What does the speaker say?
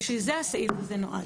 בשביל זה הסעיף הזה נועד.